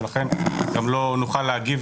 ולכן גם לא נוכל להגיב